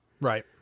Right